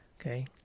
okay